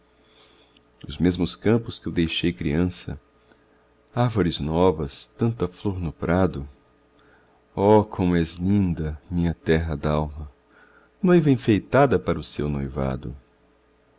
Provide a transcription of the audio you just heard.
os mesmos campos que eu deixei criança árvores novas tanta flor no prado oh como és linda minha terra dalma noiva enfeitada para o seu noivado